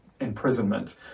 imprisonment